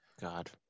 God